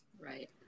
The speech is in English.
Right